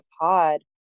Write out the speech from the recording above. pod